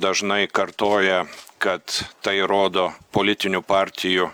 dažnai kartoja kad tai rodo politinių partijų